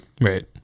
Right